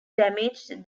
damaged